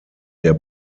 der